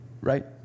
Right